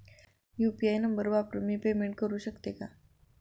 UPI number वापरून मी payment करू शकते का?